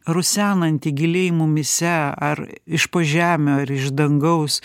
rusenanti giliai mumyse ar iš po žemių ar iš dangaus